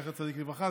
זכר צדיק לברכה.